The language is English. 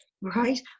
right